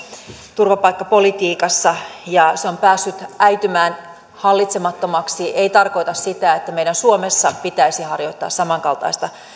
turvapaikkapolitiikassa ja se on päässyt äitymään hallitsemattomaksi ei tarkoita sitä että meidän suomessa pitäisi harjoittaa samankaltaista